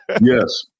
Yes